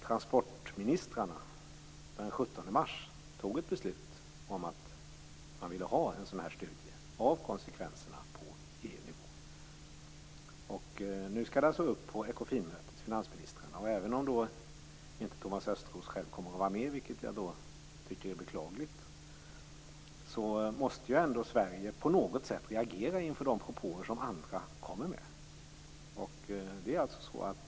Transportministrarna fattade ett beslut den 17 mars om en studie av konsekvenserna på EU-nivå. Nu skall frågan tas upp på Ekofinmötet med finansministrarna. Jag beklagar att Thomas Östros inte själv kommer att vara med. Men Sverige måste reagera på de propåer som andra tar fram.